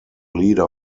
leader